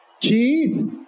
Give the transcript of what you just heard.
Keith